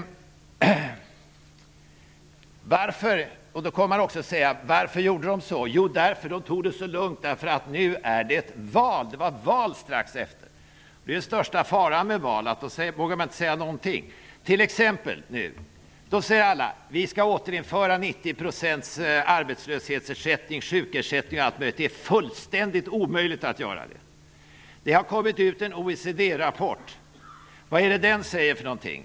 Man kommer också att säga: Varför gjorde de så? Jo, de tog det så lugnt därför att det var val strax efter. Det är den största faran med val, dvs. att man inte vågar säga någonting. Nu säger alla t.ex. att vi skall återinföra 90 % arbetslöshetsersättning, sjukersättning och allt möjligt. Det är fullständigt omöjligt att göra det. Det har kommit en OECD-rapport, och vad säger den?